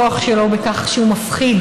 הכוח שלו בכך שהוא מפחיד,